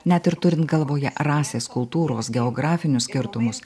net ir turint galvoje rasės kultūros geografinius skirtumus